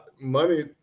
Money